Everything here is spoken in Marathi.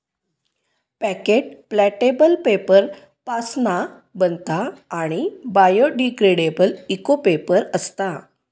पॅकेट प्लॅटेबल पेपर पासना बनता आणि बायोडिग्रेडेबल इको पेपर असता